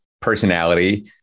personality